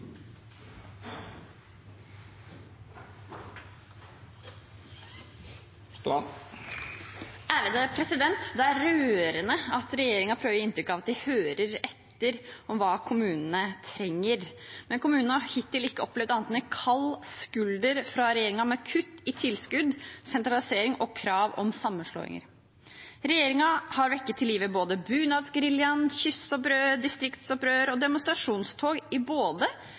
Det er rørende at regjeringen prøver å gi inntrykk av at de hører etter hva kommunene trenger. Kommunene har hittil ikke opplevd annet enn en kald skulder fra regjeringen, med kutt i tilskudd, sentralisering og krav om sammenslåinger. Regjeringen har vekket til live både Bunadsgeriljaen, kystopprør, distriktsopprør og demonstrasjonstog i både